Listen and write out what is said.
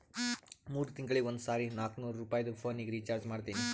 ಮೂರ್ ತಿಂಗಳಿಗ ಒಂದ್ ಸರಿ ನಾಕ್ನೂರ್ ರುಪಾಯಿದು ಪೋನಿಗ ರೀಚಾರ್ಜ್ ಮಾಡ್ತೀನಿ